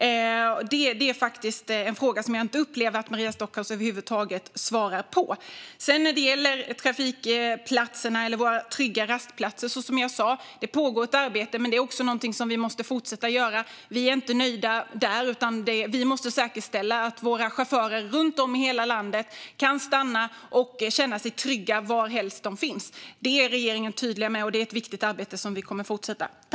Det är en fråga som jag upplever att Maria Stockhaus över huvud taget inte svarar på. När det gäller trygga rastplatser pågår det, som jag sa, ett arbete, men det är också någonting som vi måste fortsätta jobba med. Vi är inte nöjda där, utan vi måste säkerställa att våra chaufförer runt om i hela landet kan stanna och känna sig trygga varhelst de befinner sig. Det är regeringen tydlig med, och det här är ett viktigt arbete som vi kommer att fortsätta med.